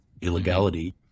illegality